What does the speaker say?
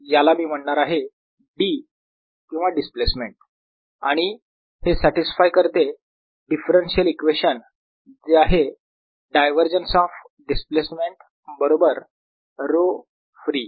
याला मी म्हणणार आहे D किंवा डिस्प्लेसमेंट आणि हे सॅटिसफाय करते डिफरन्शियल इक्वेशन जे आहे डायव्हरजन्स ऑफ डिस्प्लेसमेंट बरोबर ρ फ्री